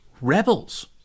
rebels